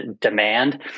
demand